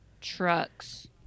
trucks